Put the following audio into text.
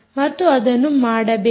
ಮತ್ತು ಅದನ್ನು ಮಾಡಬೇಕು